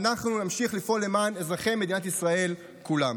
ואנחנו נמשיך לפעול למען אזרחי מדינת ישראל כולם.